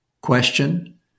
question